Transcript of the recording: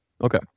Okay